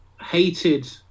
hated